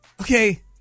Okay